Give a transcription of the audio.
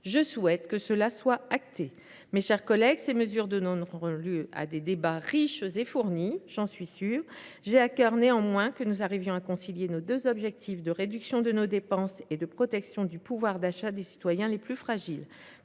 Je souhaite que cela soit acté. Mes chers collègues, ces mesures donneront lieu à des débats riches et fournis. J’ai à cœur, néanmoins, que nous concilions nos deux objectifs de réduction de nos dépenses et de protection du pouvoir d’achat des citoyens les plus fragiles.